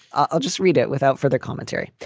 i'll just read it without further commentary.